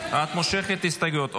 מושכת את ההסתייגויות שלי.